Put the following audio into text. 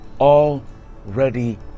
already